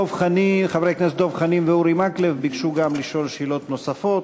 חברי הכנסת דב חנין ואורי מקלב ביקשו לשאול שאלות נוספות,